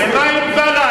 ומה עם בל"ד,